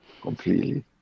Completely